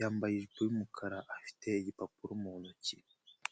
yambaye ijipo y'umukara afite igipapuro mu ntoki.